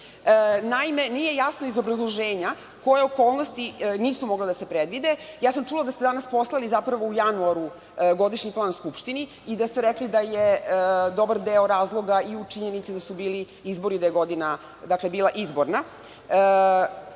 Naime, nije jasno iz obrazloženja koje okolnosti nisu mogle da se predvide. Ja sam čula da ste danas poslali zapravo u januaru godišnji plan Skupštini i da ste rekli da je dobar deo razloga i u činjenici da su bili izbori, da je godina bila izborna.